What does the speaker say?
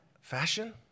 fashion